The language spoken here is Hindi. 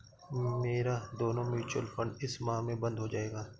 मेरा दोनों म्यूचुअल फंड इस माह में बंद हो जायेगा